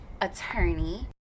attorney